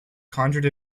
conjured